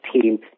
team